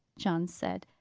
john said.